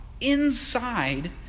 inside